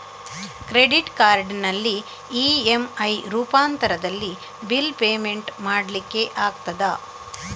Credit ಕಾರ್ಡಿನಲ್ಲಿ EMI ರೂಪಾಂತರದಲ್ಲಿ bill payment ಮಾಡ್ಲಿಕ್ಕೆ ಆಗ್ತದ?